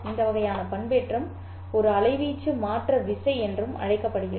இந்த வகையான பண்பேற்றம் ஒரு அலைவீச்சு மாற்ற விசை என்றும் அழைக்கப்படுகிறது